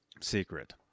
secret